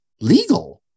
legal